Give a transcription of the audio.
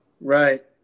Right